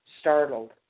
startled